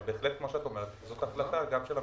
אבל בהחלט כמו שאת אומרת, זו החלטה של הממשלה,